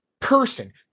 person